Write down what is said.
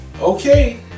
okay